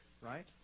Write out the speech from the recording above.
right